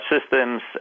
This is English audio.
systems